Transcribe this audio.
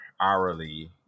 hourly